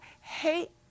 hate